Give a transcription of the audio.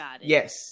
Yes